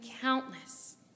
countless